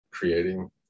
creating